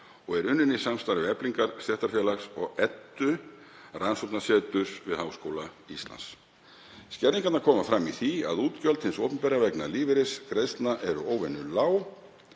og er unnin í samstarfi við Eflingu stéttarfélag og Eddu Rannsóknasetur við Háskóla Íslands. Skerðingarnar koma fram í því að útgjöld hins opinbera vegna lífeyrisgreiðslna eru óvenjulág.